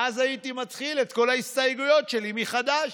ואז הייתי מתחיל את כל ההסתייגויות שלי מחדש,